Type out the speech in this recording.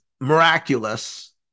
miraculous